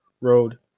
road